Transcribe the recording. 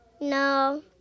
no